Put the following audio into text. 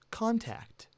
contact